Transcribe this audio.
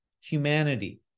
humanity